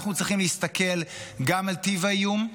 אנחנו צריכים להסתכל גם על טיב האיום,